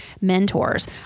mentors